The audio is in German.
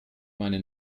meine